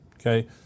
okay